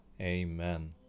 Amen